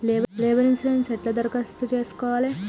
Labour insurance ఎట్ల దరఖాస్తు చేసుకోవాలే?